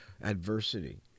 adversity